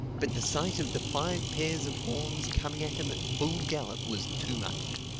but the sight of the five pairs of horns coming at him at full gallop was too much.